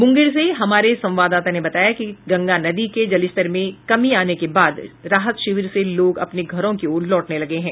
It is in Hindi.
मुंगेर से हमारे संवाददाता ने बताया है कि गंगा नदी के जलस्तर में कमी आने के बाद राहत शिविर से लोग अपने घरों की ओर लौटने लगे हैं